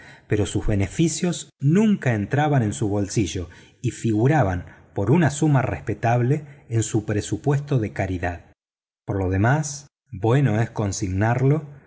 pero sus beneficios nunca entraban en su bolsillo que figuraban por una suma respetable en su presupuesto de caridad por lo demás bueno es consignarlo